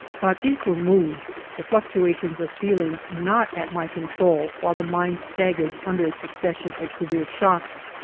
but these were moods, the fluctuations of feeling not at my control while the mind staggered under a succession of severe shocks.